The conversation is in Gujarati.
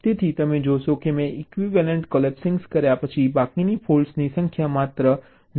તેથી તમે જોશો કે મેં ઇક્વિવેલન્ટ કોલેપ્સિંગ કર્યા પછી બાકીની ફૉલ્ટ્સની સંખ્યા માત્ર 20 છે